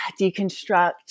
deconstruct